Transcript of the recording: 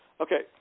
Okay